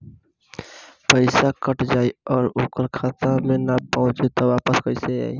पईसा कट जाई और ओकर खाता मे ना पहुंची त वापस कैसे आई?